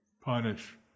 punish